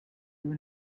you